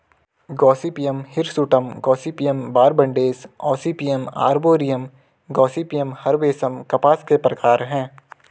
Gossypium hirsutum, gossypium barbadense, gossypium arboreum, gossypium herbaceum कपास के प्रकार है